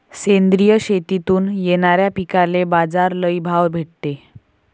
सेंद्रिय शेतीतून येनाऱ्या पिकांले बाजार लई भाव भेटते